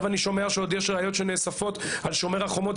אני שומע שיש ראיות שעוד נאספות על שומר חומות,